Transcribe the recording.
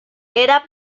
era